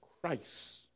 Christ